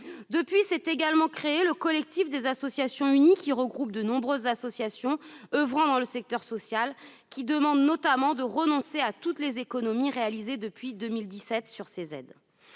Depuis a également été créé le Collectif des associations unies regroupant de nombreuses associations oeuvrant dans le secteur social, qui demande notamment de renoncer à toutes les économies réalisées depuis 2017 sur ces aides.